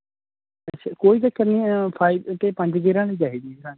ਅੱਛਾ ਕੋਈ ਚੱਕਰ ਨਹੀਂ ਹੈ ਫਾਈਵ ਅਤੇ ਪੰਜ ਗੇਅਰਾਂ ਵਾਲੀ ਚਾਹੀਦੀ ਜੀ ਸਾਨੂੰ